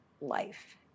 life